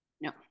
No